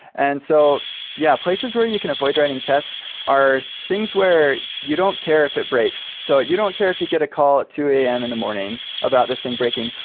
and so yeah, places where you can avoid writing tests are things where you don't care if it breaks. so you don't care if you'd get a call at two am in the morning about this thing breaking,